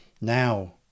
now